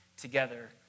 together